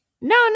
No